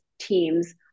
teams